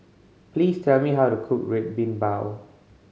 please tell me how to cook Red Bean Bao